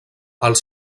els